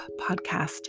Podcast